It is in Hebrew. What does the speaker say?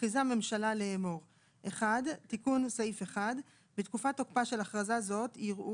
תיקון סעיף 11. בתקופת תוקפה של אכרזה זאת יראו